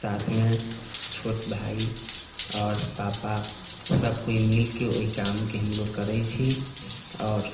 साथमे छोट भाइ आओर पापा सब कोइ मिलके ओहि कामके हमलोक करै छी आओर